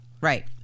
Right